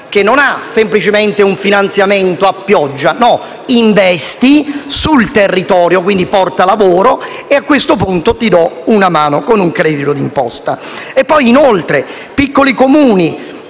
non riceve semplicemente un finanziamento a pioggia: «Investi sul territorio e, quindi, porti lavoro? A questo punto io ti do una mano con un credito d'imposta».